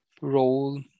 role